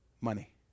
money